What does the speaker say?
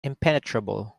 impenetrable